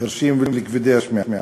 חירשים וכבדי שמיעה.